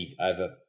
over